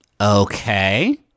Okay